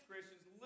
Christians